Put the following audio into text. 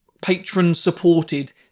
patron-supported